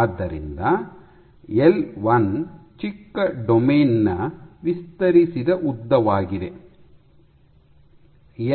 ಆದ್ದರಿಂದ ಎಲ್ 1 ಚಿಕ್ಕ ಡೊಮೇನ್ ನ ವಿಸ್ತರಿಸಿದ ಉದ್ದವಾಗಿದೆ